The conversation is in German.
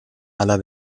aller